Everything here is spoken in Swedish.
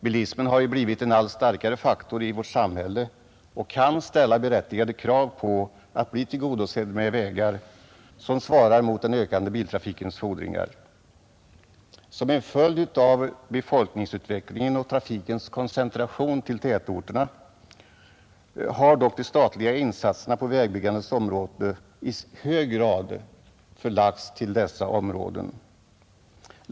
Bilismen har ju blivit en allt starkare faktor i vårt samhälle och kan ställa berättigade krav på att bli tillgodosedd med vägar som svarar mot den ökande biltrafikens fordringar. Som en följd av befolkningsutvecklingen och trafikens koncentration till tätorterna har dock de statliga insatserna på vägbyggandets område i hög grad förlagts till dessa områden.